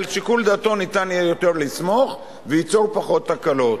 על שיקול דעתו ניתן יהיה יותר לסמוך וזה ייצור פחות תקלות.